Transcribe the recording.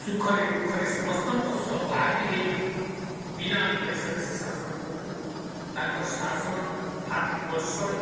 ସୁଖରେ ଦୁଃଖରେ ସମସ୍ତଙ୍କ ସଭାଗୀ ହେଇ ବିନା ଦ୍ଵେଷରେ ସେ ଶାସନ କରୁଥିଲେ ତାଙ୍କର ଶାସନ ଭାତୃବତ୍ସଳ